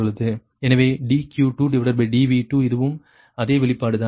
எனவே dQ2dV2 இதுவும் அதே வெளிப்பாடுதான்